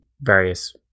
various